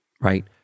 right